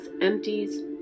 empties